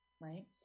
right